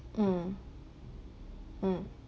mm mm